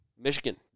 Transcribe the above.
Michigan